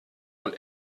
und